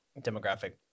demographic